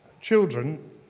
children